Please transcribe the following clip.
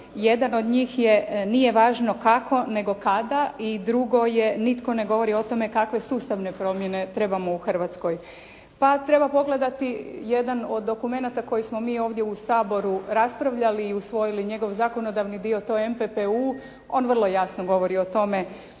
Jedan od njih je nije važno kako nego kada i drugo je nitko ne govori o tome kakve sustavne promjene trebamo u Hrvatskoj. Pa treba pogledati jedan od dokumenata koji smo mi ovdje u Saboru raspravljali i usvojili njegov zakonodavni dio. To je MPPU. On vrlo jasno govori o tome